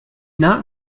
not